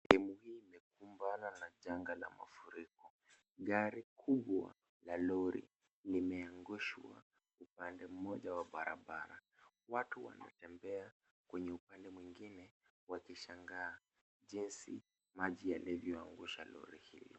Sehemu hii imekumbana na janga la mafuriko. Gari kubwa la lori limeangushwa upande mmoja wa barabara. Watu wanatembea kwenye upande mwingine wakishangaa jinsi maji yalivyoangusha lori hilo.